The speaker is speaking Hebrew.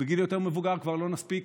בגיל יותר מבוגר כבר לא נספיק,